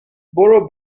برو